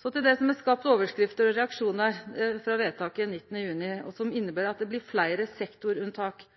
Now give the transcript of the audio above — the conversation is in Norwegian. Så til det som har skapt overskrifter og reaksjonar på vedtaket 19. juni og som inneber at det blir fleire sektorunntak.